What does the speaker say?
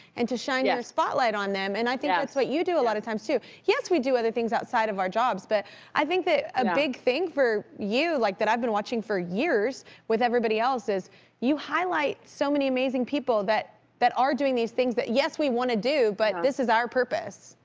and to shine your spotlight on them. and i think that's what you do a lot of times too. yes, we do other things outside of our jobs. but i think that a big thing for you, like that i've been watching for years with everybody else is you highlight so many amazing people that that are doing these things that yes, we wanna do, but this is our purpose.